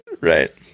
Right